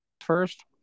First